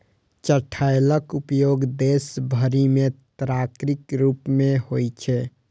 चठैलक उपयोग देश भरि मे तरकारीक रूप मे होइ छै